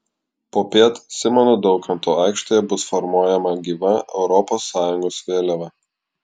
popiet simono daukanto aikštėje bus formuojama gyva europos sąjungos vėliava